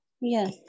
yes